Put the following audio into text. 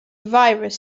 virus